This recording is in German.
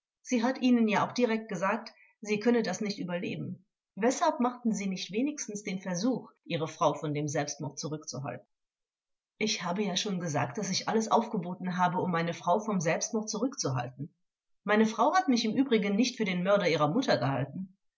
sie hat ihnen ja auch direkt gesagt sie könne das nicht überleben weshalb machten sie nicht wenigstens den versuch ihre frau von dem selbstmord zurückzuhalten angekl ich habe ja schon gesagt daß ich alles aufgeboten habe um meine frau vom selbstmord zurückzuhalten meine frau hat mich im übrigen nicht für den mörder ihrer mutter gehalten